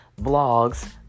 blogs